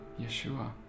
Yeshua